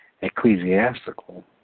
ecclesiastical